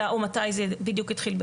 או מתי זה בדיוק התחיל.